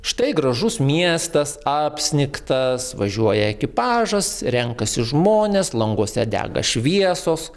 štai gražus miestas apsnigtas važiuoja ekipažas renkasi žmonės languose dega šviesos